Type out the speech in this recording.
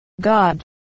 God